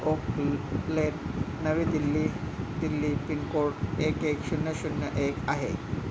ओकलेट नवी दिल्ली दिल्ली पिनकोड एक एक शून्य शून्य एक आहे